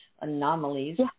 anomalies